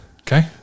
Okay